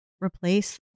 replace